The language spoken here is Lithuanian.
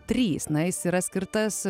trys na jis yra skirtas